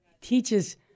teaches